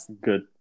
good